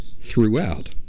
throughout